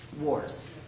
wars